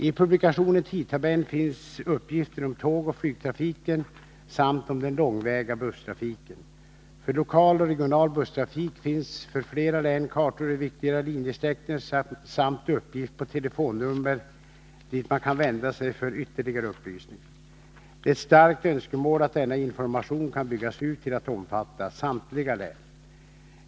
I publikationen Tidtabellen finns uppgifter om tågoch flygtrafiken samt om den långväga busstrafiken. För lokal och regional busstrafik finns för flera län kartor över viktigare linjesträckningar samt uppgift på telefonnummer dit man kan vända sig för ytterligare upplysningar. Det är ett starkt önskemål att denna information kan byggas ut till att omfatta samtliga län.